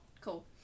cool